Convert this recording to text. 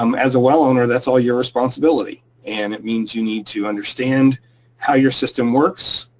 um as a well owner, that's all your responsibility. and it means you need to understand how your system works,